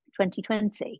2020